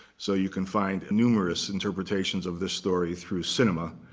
so you can find numerous interpretations of this story through cinema.